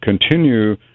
continue